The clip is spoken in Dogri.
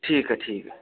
ठीक ऐ ठीक ऐ